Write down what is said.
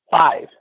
Five